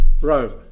Rome